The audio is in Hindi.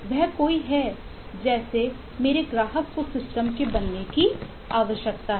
वह कोई है जैसे मेरे ग्राहक को सिस्टम के बनने की आवश्यकता है